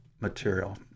material